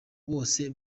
bose